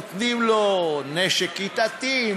נותנים לו נשק כיתתי,